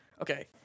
Okay